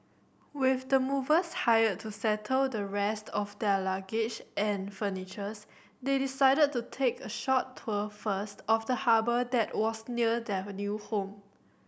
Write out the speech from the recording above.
with the movers hired to settle the rest of their luggage and furnitures they decided to take a short tour first of the harbour that was near their new home